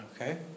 Okay